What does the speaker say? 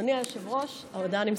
אדוני היושב-ראש, ההודעה נמסרה.